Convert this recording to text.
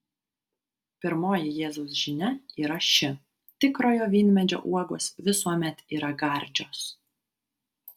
pirmoji jėzaus žinia yra ši tikrojo vynmedžio uogos visuomet yra gardžios